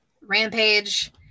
Rampage